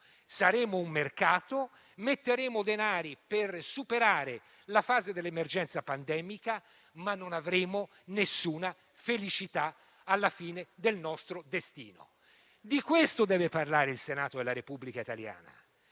Saremo un mercato, metteremo denari per superare la fase dell'emergenza pandemica, ma non avremo alcuna felicità alla fine del nostro destino. Di questo deve parlare il Senato della Repubblica italiana: